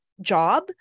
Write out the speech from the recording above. job